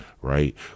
right